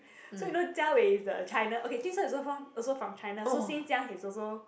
so you know Jia Wei is the China okay jun sheng is also from from China so since young he's also